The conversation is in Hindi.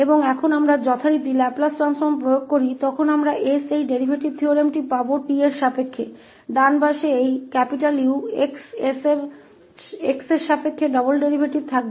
और अब हम हमेशा की तरह लाप्लास ट्रांसफॉर्म को लागू करते हैं इसलिए हमें t के संबंध में यह डेरीवेटिव थ्योरम s प्राप्त होगा इस 𝑈𝑥 𝑠 के x के संबंध में दाईं ओर डबल डेरीवेटिव होगा